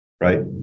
Right